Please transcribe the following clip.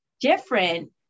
different